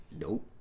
Nope